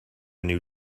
new